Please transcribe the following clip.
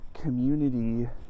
community